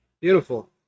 Beautiful